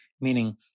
meaning